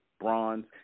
bronze